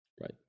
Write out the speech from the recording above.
right